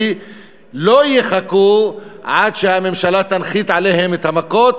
לא יחכו עד שהממשלה תנחית עליהם את המכות,